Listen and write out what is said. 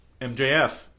MJF